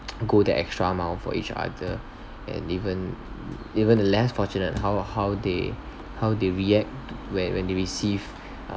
go the extra mile for each other and even even the less fortunate how uh how they how they react when when they receive